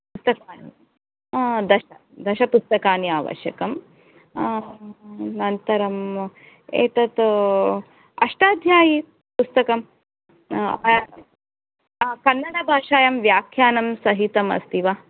तत् दश दशपुस्तकानि आवश्यकं अनन्तरं एतत् अष्टाध्यायीपुस्तकं कन्नडभाषायां व्याख्यानं सहितिं अस्ति वा